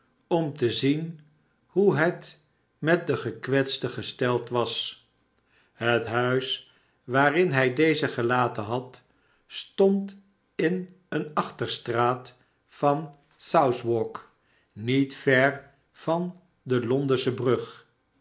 om te zien hoe het met den gekwetste gesteld was het huis waarin hij dezen gelaten had stond in eene achterstraat van southwark niet ver van de londensche brug